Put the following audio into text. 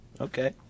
okay